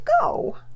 go